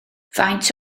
faint